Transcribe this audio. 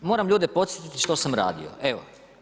Moram ljude podsjetiti što sam radio, evo.